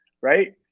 Right